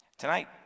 Tonight